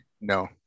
No